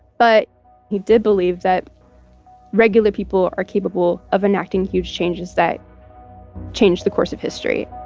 but he did believe that regular people are capable of enacting huge changes that change the course of history